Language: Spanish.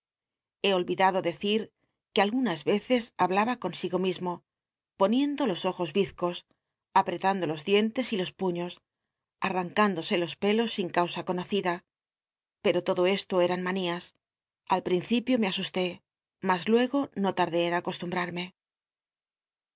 he olriclatlo decir que algunas reces hablaba consigo mismo poniendo los ojos rizcos apreta ndo los tlicn tes y los miios al'lancündose los pelos sin cansa conocida pcto lodo esto eran manías al principio me asusté mas luego no tal lé en acosluntbt